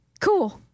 cool